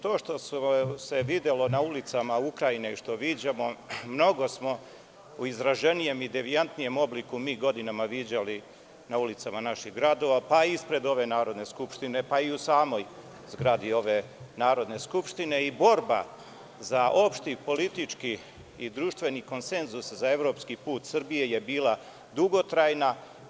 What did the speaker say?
To što se videlo na ulicama Ukrajine i što viđamo, mnogo smo u izraženijem i devijantnijem obliku mi godinama viđali na ulicama naših gradova, pa i ispred ove Narodne skupštine, pa i u samoj zgradi ove Narodne skupštine i borba za opšti, politički i društveni konsenzus za evropski put Srbije je bila dugotrajna.